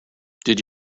did